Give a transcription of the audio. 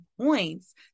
points